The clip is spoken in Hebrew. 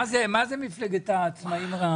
מה זה מפלגת העצמאים?